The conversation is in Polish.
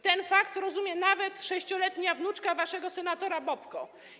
Ten fakt rozumie nawet 6-letnia wnuczka waszego senatora Bobki.